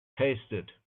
tasted